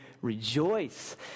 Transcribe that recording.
rejoice